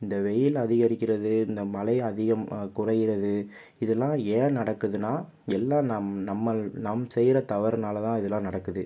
இந்த வெயில் அதிகரிக்கிறது இந்த மழை அதிகம் குறையறது இதலாம் ஏன் நடக்குதுன்னால் எல்லாம் நம் நம்பள் நம் செய்கிற தவறுனால் தான் இதெல்லாம் நடக்குது